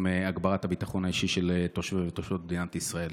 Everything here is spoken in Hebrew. הגברת הביטחון האישי של תושבי ותושבות מדינת ישראל.